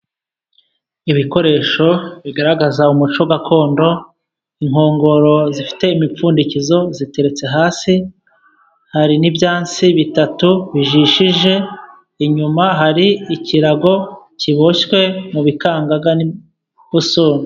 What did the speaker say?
Ibikoresho bigaragaza umuco gakondo. Inkongoro zifite imipfundikizo iteretse hasi, hari n'ibyansi bitatu bijishije, inyuma hari ikirago kiboshywe mu bikangaga n' ubusuna.